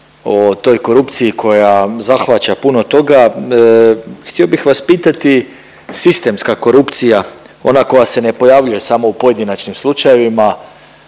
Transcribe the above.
o toj korupciji koja zahvaća puno toga. Htio bih vas pitati sistemska korupcija, ona koja se ne pojavljuje samo u pojedinačnim slučajevima.